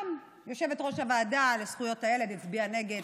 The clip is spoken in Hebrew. גם יושבת-ראש הוועדה לזכויות הילד הצביעה נגד,